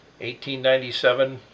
1897